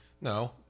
no